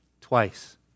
twice